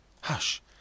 Hush